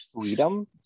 freedom